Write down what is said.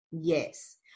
Yes